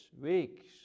weeks